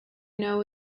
know